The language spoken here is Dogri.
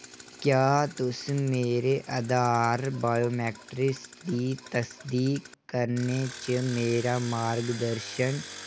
क्या तुस मेरे आधार बायोमैट्रिक्स दी तसदीक करने च मेरा मार्गदर्शन